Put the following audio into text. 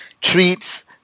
treats